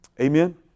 Amen